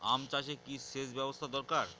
আম চাষে কি সেচ ব্যবস্থা দরকার?